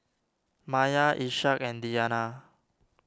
Maya Ishak and Diyana